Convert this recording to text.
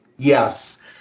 Yes